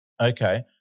Okay